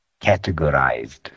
categorized